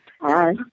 Hi